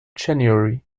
january